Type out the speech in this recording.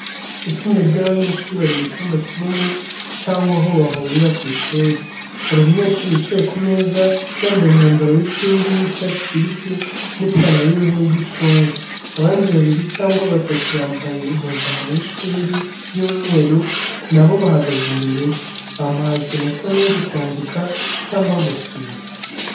Itsinda ry’abanyeshuri bari mu cyumba kinini cyangwa aho bahurira ku ishuri. Hari umunyeshuri wicaye ku meza yambaye umwambaro w’ishuri w’icyatsi kibisi n’ipantaro y’uruhu rw’icunga, abandi babiri cyangwa batatu bambaye impuzankano y’ishuri y’umweru, na bo bahagaze imbere ye, bamuhaye ikintu asa n’uri kwandika cyangwa gusinya.